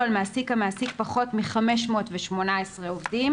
על מעסיק המעסיק פחות מ-518 עובדים.